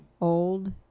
Old